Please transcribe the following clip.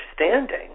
understanding